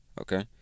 okay